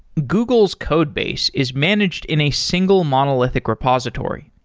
google's codebase is managed in a single monolithic repository.